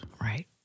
right